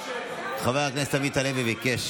חבר הכנסת עמית הלוי ביקש